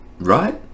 right